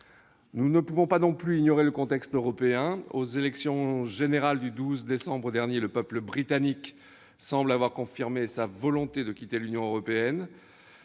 Nous ne pouvons pas non plus ignorer le contexte européen. Aux élections générales du 12 décembre dernier, le peuple britannique semble avoir confirmé sa volonté de quitter l'Union européenne